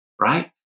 Right